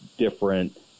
different